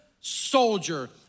soldier